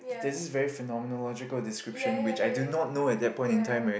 it's just very phenomenal logical description which I did not know at that point in time right